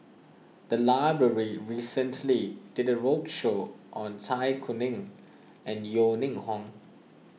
the library recently did a roadshow on Zai Kuning and Yeo Ning Hong